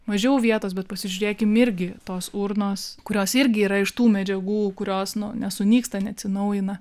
mažiau vietos bet pasižiūrėkim irgi tos urnos kurios irgi yra iš tų medžiagų kurios nu nesunyksta neatsinaujina